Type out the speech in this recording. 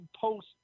post